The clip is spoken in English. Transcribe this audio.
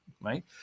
right